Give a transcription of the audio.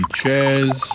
chairs